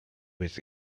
its